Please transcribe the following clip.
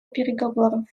переговоров